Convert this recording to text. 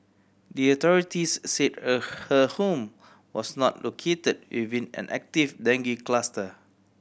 the authorities said a her home was not located within an active dengue cluster